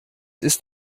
ist